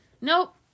nope